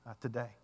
today